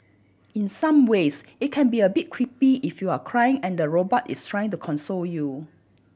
in some ways it can be a bit creepy if you're cry and the robot is trying to console you